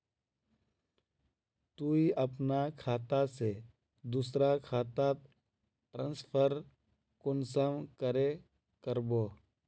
तुई अपना खाता से दूसरा खातात ट्रांसफर कुंसम करे करबो?